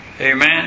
Amen